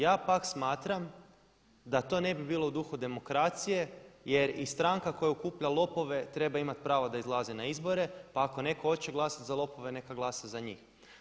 Ja pak smatram da to ne bi bilo u duhu demokracije jer i stranka koja okuplja lopove treba imati pravo da izlazi na izbore pa ako netko hoće glasati za lopove neka glasa za njih.